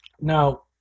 Now